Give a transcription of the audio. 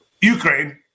Ukraine